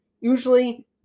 usually